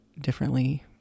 differently